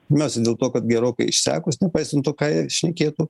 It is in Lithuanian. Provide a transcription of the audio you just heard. pirmiausia dėl to kad gerokai išsekus nepaisant to ką jie šnekėtų